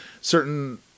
certain